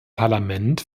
parlament